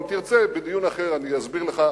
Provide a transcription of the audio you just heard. אם תרצה בדיון אחר אני אסביר לך,